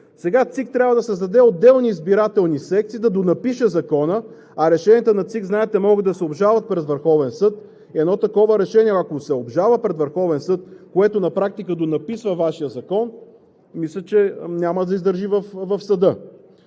Сега ЦИК трябва да създаде отделни избирателни секции, да донапише Закона, а решенията на ЦИК, знаете, може да се обжалват пред Върховния съд. И едно такова решение, ако се обжалва пред Върховния съд, което на практика донаписва Вашия закон, мисля, че няма да издържи в съда,